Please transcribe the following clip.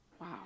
Wow